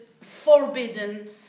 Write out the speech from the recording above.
forbidden